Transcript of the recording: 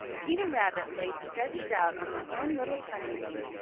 peter rabbit lay stretched out on the warm little sunning-bank,